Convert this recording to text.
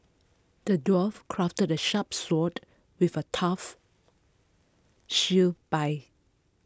the dwarf crafted A sharp sword with A tough shield by